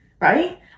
Right